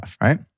right